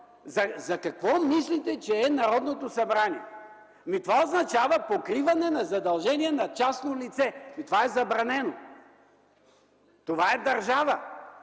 За какво мислите, че е Народното събрание? Това означава покриване на задължения на частно лице – това е забранено. Това е държава.